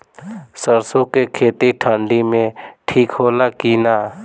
सरसो के खेती ठंडी में ठिक होला कि ना?